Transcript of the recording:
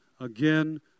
Again